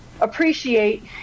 appreciate